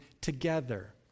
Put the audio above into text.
together